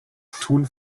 tun